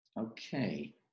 okay